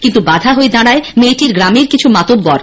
কিন্তু বাধা হয়ে দাঁড়ায় মেয়েটির গ্রামের কিছু মাতব্বর